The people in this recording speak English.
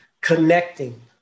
connecting